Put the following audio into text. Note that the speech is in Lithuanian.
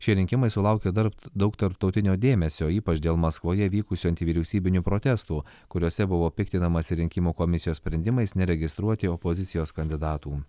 šie rinkimai sulaukė dar daug tarptautinio dėmesio ypač dėl maskvoje vykusių antivyriausybinių protestų kuriuose buvo piktinamasi rinkimų komisijos sprendimais neregistruoti opozicijos kandidatų